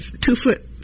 two-foot